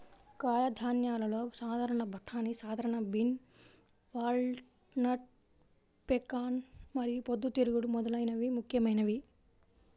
కాయధాన్యాలలో సాధారణ బఠానీ, సాధారణ బీన్, వాల్నట్, పెకాన్ మరియు పొద్దుతిరుగుడు మొదలైనవి ముఖ్యమైనవి